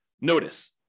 notice